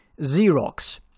Xerox